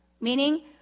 meaning